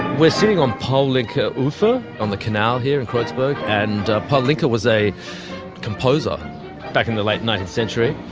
we're sitting on paul-lincke-ufer on the canal here in kreuzberg. and paul lincke was a composer back in the late nineteenth century,